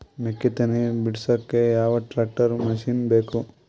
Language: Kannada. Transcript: ಮೆಕ್ಕಿ ತನಿ ಬಿಡಸಕ್ ಯಾವ ಟ್ರ್ಯಾಕ್ಟರ್ ಮಶಿನ ಬೇಕು?